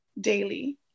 daily